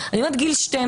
אני מדברת על גיל 12,